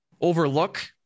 overlook